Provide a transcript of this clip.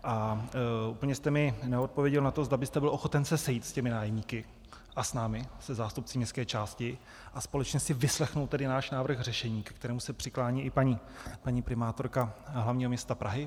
A úplně jste mi neodpověděl na to, zda byste byl ochoten se sejít s těmi nájemníky a s námi, se zástupci městské části, a společně si vyslechnout tedy náš návrh řešení, ke kterému se přiklání i paní primátorka hl. města Prahy.